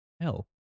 hell